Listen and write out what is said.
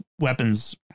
weapons